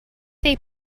they